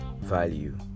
value